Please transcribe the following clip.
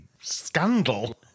scandal